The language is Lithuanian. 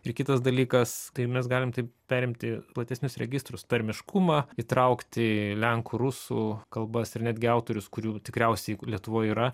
ir kitas dalykas kai mes galim taip perimti platesnius registrus tarmiškumą įtraukti lenkų rusų kalbas ir netgi autorius kurių tikriausiai lietuvoj yra